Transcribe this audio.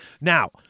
now